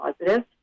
positive